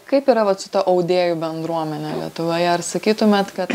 kaip yra vat su ta audėjų bendruomene lietuvoje ar sakytumėt kad